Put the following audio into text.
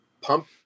pump